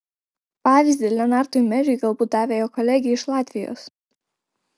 pavyzdį lenartui meriui galbūt davė jo kolegė iš latvijos